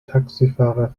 taxifahrer